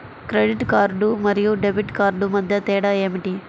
Credit card మరియు debit card మధ్య తేడా ఏమిటి?